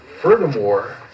Furthermore